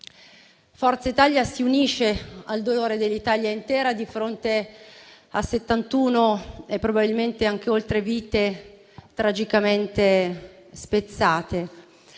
Forza Italia si unisce al dolore dell'Italia intera di fronte a 71 - probabilmente anche oltre - vite tragicamente spezzate.